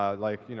um like, you know